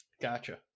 Gotcha